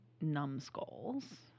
numbskulls